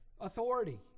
authority